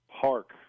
Park